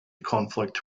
conflict